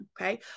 okay